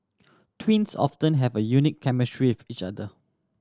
twins often have a unique chemistry with each other